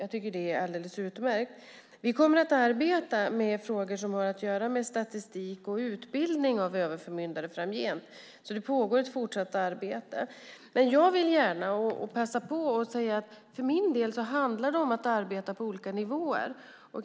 Jag tycker att det är alldeles utmärkt. Vi kommer att arbeta med frågor som har att göra med statistik och utbildning av överförmyndare framgent. Det pågår ett fortsatt arbete. Jag vill gärna passa på att säga att det för min del handlar om att arbeta på olika nivåer.